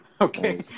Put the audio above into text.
Okay